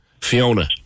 Fiona